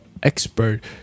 Expert